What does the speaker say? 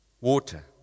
water